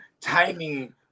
timing